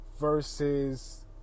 versus